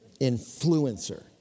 influencer